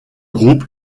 groupe